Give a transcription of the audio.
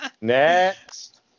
Next